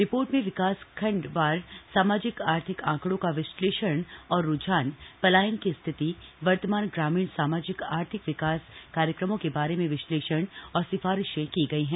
report में विकासखण्ड वार सामाजिक आर्थिक आंकड़ों का विश्लेषण और रूझान पलायन की स्थिति वर्तमान ग्रामीण सामाजिक आर्थिक विकास कार्यक्रमों के बारे में विश्लेषण और सिफारिशं की गई हैं